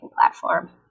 platform